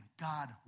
God